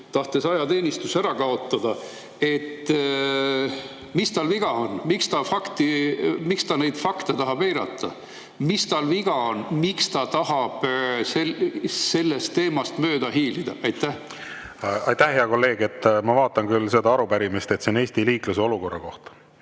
tahtes ajateenistuse ära kaotada. Mis tal viga on, miks ta neid fakte tahab eirata? Mis tal viga on, miks ta tahab sellest teemast mööda hiilida? Aitäh, hea kolleeg! Ma vaatan seda arupärimist, see on Eesti liikluse olukorra kohta.